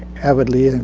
avidly.